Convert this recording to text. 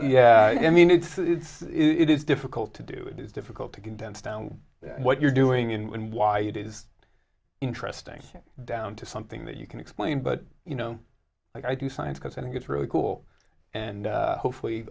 yeah i mean it's is it is difficult to do it is difficult to condense down what you're doing and why it is interesting down to something that you can explain but you know like i do science because i think it's really cool and hopefully